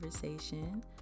conversation